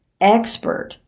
expert